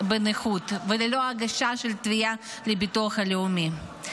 בנכות וללא הגשה של תביעה לביטוח הלאומי.